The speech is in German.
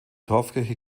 dorfkirche